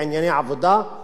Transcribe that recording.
אבל יש בעיה,